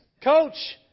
Coach